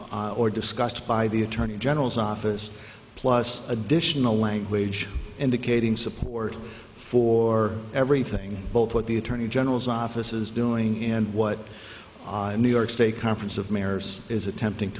requested or discussed by the attorney general's office plus additional language indicating support for everything both what the attorney general's office is doing and what new york state conference of mayors is attempting